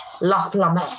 Laflamme